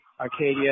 Arcadia